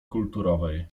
kulturowej